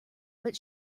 but